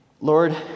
Lord